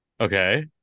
Okay